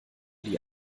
die